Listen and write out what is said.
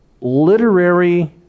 literary